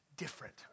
different